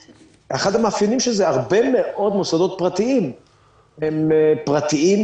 המאפיינים של זה: הרבה מאוד מוסדות פרטיים הם פרטים,